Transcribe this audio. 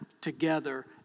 together